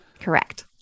Correct